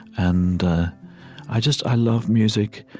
and i just, i love music.